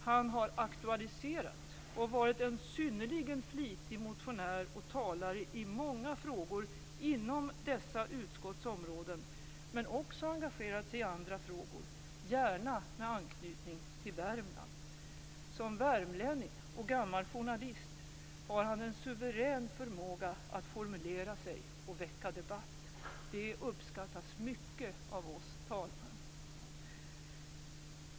Han har aktualiserat och varit en synnerligen flitig motionär och talare i många frågor inom dessa utskotts områden men har också engagerat sig i andra frågor, gärna med anknytning till Värmland. Som värmlänning och gammal journalist har han en suverän förmåga att formulera sig och väcka debatt. Det uppskattas mycket av oss talmän.